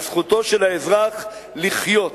על זכותו של האזרח לחיות.